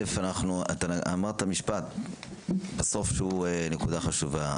אתה אמרת משפט בסוף שהוא נקודה חשובה.